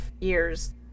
years